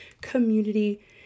community